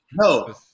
No